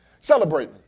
Celebrate